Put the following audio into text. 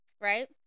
right